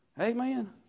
Amen